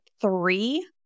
three